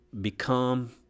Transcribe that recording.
become